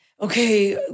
okay